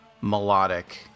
melodic